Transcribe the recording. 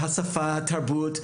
השפה, התרבות.